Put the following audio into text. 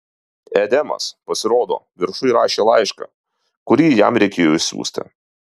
edemas pasirodo viršuj rašė laišką kurį jam reikėjo išsiųsti